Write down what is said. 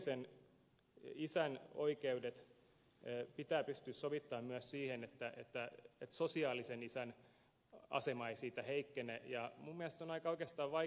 biologisen isän oikeudet pitää pystyä sovittamaan myös siihen että sosiaalisen isän asema ei siitä heikkene